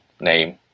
name